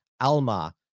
Alma